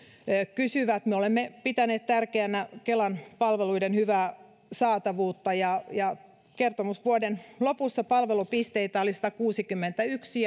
kysyvät me olemme pitäneet tärkeänä kelan palveluiden hyvää saatavuutta kertomusvuoden lopussa palvelupisteitä oli satakuusikymmentäyksi